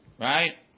right